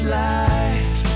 life